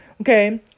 Okay